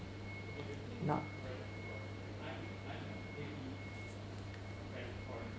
not